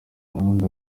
ubundi